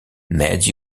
made